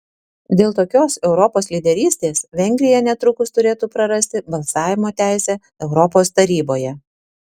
dėl tokios europos lyderystės vengrija netrukus turėtų prarasti balsavimo teisę europos taryboje